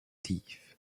deaf